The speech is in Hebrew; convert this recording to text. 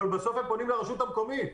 אבל בסוף הם פונים לרשות המקומית.